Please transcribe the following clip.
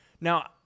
Now